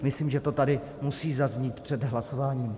Myslím, že to tady musí zaznít před hlasováním.